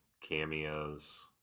cameos